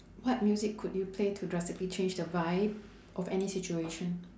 what music could you play to drastically change the vibe of any situation